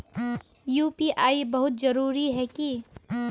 UPI बहुत जरूरी है की?